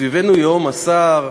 מסביבנו ייהום הסער,